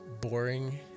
boring